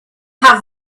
have